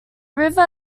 river